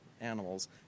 animals